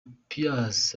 pius